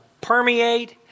permeate